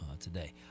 today